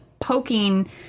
poking